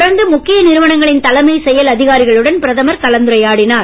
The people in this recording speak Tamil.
தொடர்ந்து முக்கிய நிறுவனங்களின் தலைமை செயல் அதிகாரிகளுடன் பிரதமர் கலந்துரையாடினார்